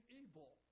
evil